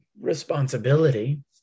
responsibility